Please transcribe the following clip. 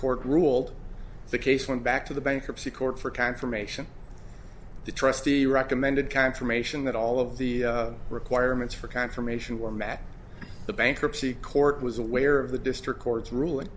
court ruled the case went back to the bankruptcy court for confirmation the trustee recommended confirmation that all of the requirements for confirmation were met the bankruptcy court was aware of the district court's ruling